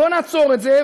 בוא נעצור את זה,